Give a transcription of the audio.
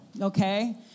okay